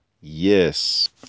yes